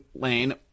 lane